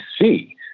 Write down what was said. see